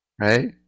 right